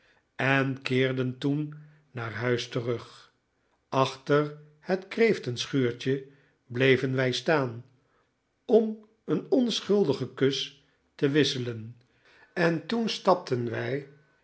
en keerden toen naar huis terug achter het kreeftenschuurtje bleven wij staan om een onschuldigen kus te wisselen en toen stapten wij